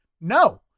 no